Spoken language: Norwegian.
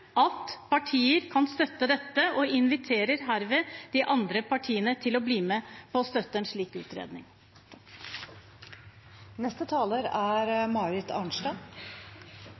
at partier kan støtte dette, og inviterer herved de andre partiene til å bli med på å støtte en slik utredning. La meg først få lov å knytte noen ord til sjølve saken. Dette er